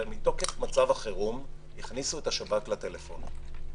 הרי מתוקף מצב החירום הכניסו את השב"כ לטלפונים.